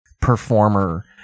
performer